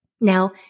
Now